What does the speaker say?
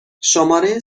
شماره